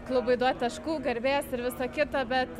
klubui duot taškų garbės ir visa kita bet